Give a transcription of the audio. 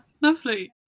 lovely